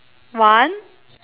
one